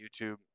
YouTube